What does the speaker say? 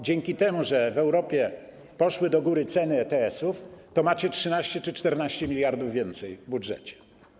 Dzięki temu, że w Europie poszły do góry ceny ETS-ów, macie 13 czy 14 mld więcej w budżecie.